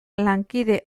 lankide